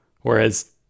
Whereas